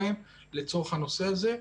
לצורך הנושא הזה,